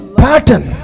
pattern